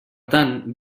tant